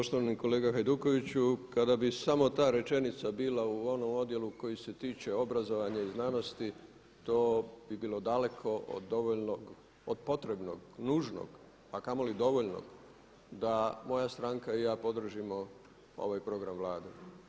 Poštovani kolega Hajdukoviću, kada bi samo ta rečenica bila u onom odjelu koji se tiče obrazovanja i znanosti to bi bilo daleko od dovoljnog, od potrebnog, nužnog a kamoli dovoljnog da moja stranka i ja podržimo ovaj program Vlade.